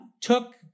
took